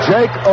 Jake